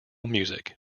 music